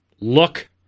look